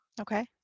Okay